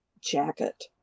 jacket